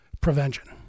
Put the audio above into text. prevention